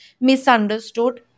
misunderstood